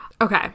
Okay